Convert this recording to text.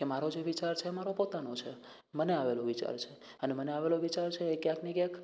કે મારો જે વિચાર છે એ મારો પોતાનો છે મને આવેલો વિચાર છે અને મને આવેલો વિચાર છે એ ક્યાંકને ક્યાંક